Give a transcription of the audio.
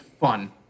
fun